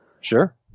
Sure